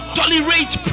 tolerate